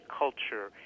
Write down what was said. culture